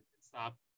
stop